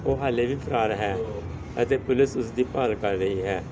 ਉਹ ਹਾਲੇ ਵੀ ਫ਼ਰਾਰ ਹੈ ਅਤੇ ਪੁਲਿਸ ਉਸ ਦੀ ਭਾਲ ਕਰ ਰਹੀ ਹੈ